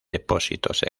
depósitos